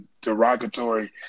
derogatory